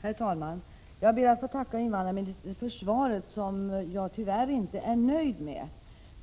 Herr talman! Jag ber att få tacka invandrarministern för svaret, som jag tyvärr inte är nöjd med.